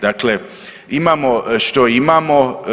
Dakle, imamo što imamo.